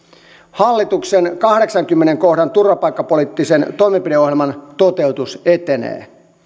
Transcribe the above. hallituksen kahdeksannenkymmenennen kohdan turvapaikkapoliittisen toimenpideohjelman toteutus etenee